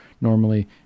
Normally